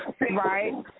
right